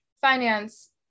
finance